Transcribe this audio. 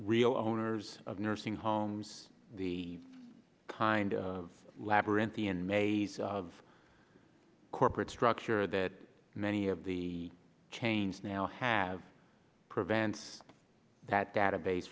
real owners of nursing homes the kind of labyrinthian maze of corporate structure that many of the chains now have prevents that database